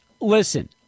listen